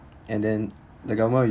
and then the government